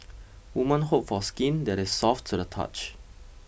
woman hope for skin that is soft to the touch